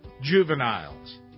juveniles